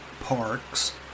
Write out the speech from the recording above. parks